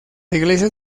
iglesias